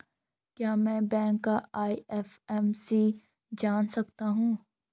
क्या मैं बैंक का आई.एफ.एम.सी जान सकता हूँ?